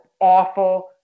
awful